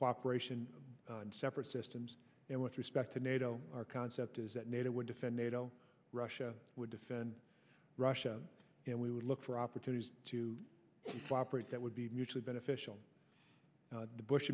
cooperation in separate systems and with respect to nato our concept is that nato would defend nato russia would defend russia and we would look for opportunities to cooperate that would be mutually beneficial the bush